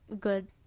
good